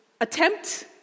attempt